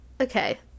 okay